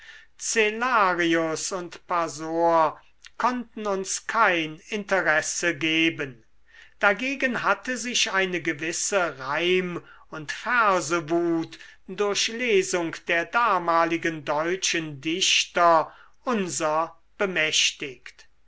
cellarius und pasor konnten uns kein interesse geben dagegen hatte sich eine gewisse reim und versewut durch lesung der damaligen deutschen dichter unser bemächtigt